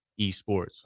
esports